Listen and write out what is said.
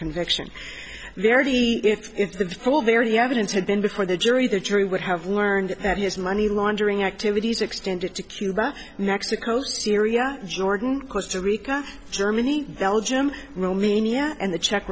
conviction varity if the very evidence had been before the jury the jury would have learned that his money laundering activities extended to cuba mexico syria jordan costa rica germany belgium romania and the czech